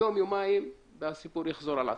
אחרי יום יומיים הסיפור יחזור על עצמו.